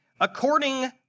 according